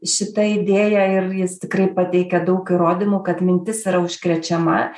šita idėja ir jis tikrai pateikė daug įrodymų kad mintis yra užkrečiama